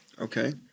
Okay